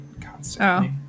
constantly